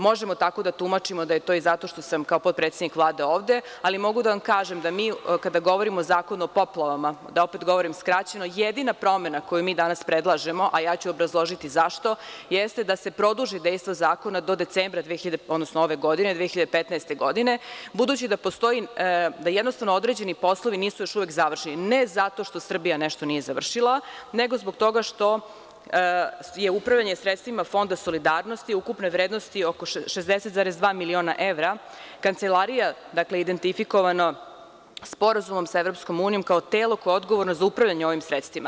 Možemo tako da tumačimo da je to i zato što sam kao potpredsednik Vlade ovde, ali mogu da vam kažem da mi kada govorimo o Zakonu o poplavama, da opet govorim skraćeno, jedina promena koju danas predlažemo, a ja ću obrazložiti zašto, jeste da se produži dejstvo zakona do decembra 2015. godine, odnosno ove godine, budući da postoji, da jednostavno određeni poslovi nisu još uvek završeni ne zato što Srbija nešto nije završila, nego zbog toga što je upravljanje sredstvima Fonda solidarnosti ukupne vrednosti oko 60,2 miliona evra Kancelarija, identifikovano Sporazumom sa EU, kao telo koje je odgovorno za upravljanje ovim sredstvima.